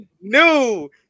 new